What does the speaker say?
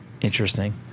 Interesting